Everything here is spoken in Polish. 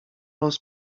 los